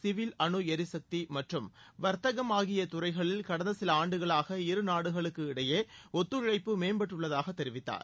civil அனுளரிசக்தி மற்றும் வர்த்தகம் ஆகிய துறைகளில் கடந்த சில ஆண்டுகளாக இருநாடுகளுக்கு இடையே ஒத்துழைப்பு மேம்பட்டுள்ளதாக தெரிவித்தார்